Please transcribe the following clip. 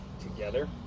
together